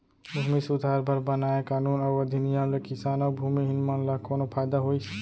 भूमि सुधार बर बनाए कानून अउ अधिनियम ले किसान अउ भूमिहीन मन ल कोनो फायदा होइस?